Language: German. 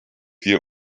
wir